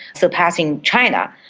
surpassing china.